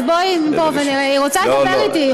אז בואי לפה ונראה, היא רוצה לדבר איתי.